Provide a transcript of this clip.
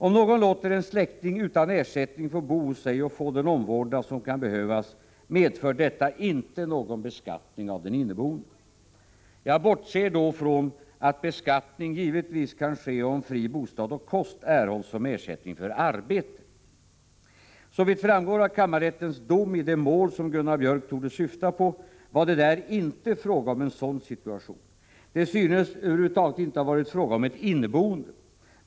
Om någon låter en släkting utan ersättning få bo hos sig och få den omvårdnad som kan behövas, medför detta inte någon beskattning av den inneboende. Jag bortser då från att beskattning givetvis kan ske om fri bostad och kost erhålls som ersättning för arbete. Såvitt framgår av kammarrättens dom i det mål som Gunnar Biörck torde syfta på var det där inte fråga om en sådan situation. Det synes över huvud taget inte ha varit fråga om ett inneboende.